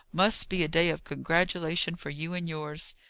must be a day of congratulation for you and yours.